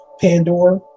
Pandora